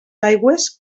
aigües